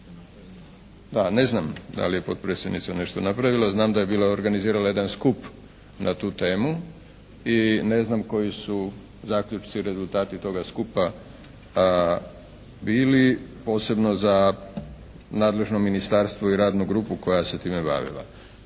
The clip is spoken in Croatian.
Da, ne znam da li je potpredsjednica nešto napravila. Znam da je bila organizirala jedan skup na tu temu. I ne znam koji su zaključci, rezultati toga skupa bili. Posebno za nadležno ministarstvo i radnu grupu koja se je time bavila.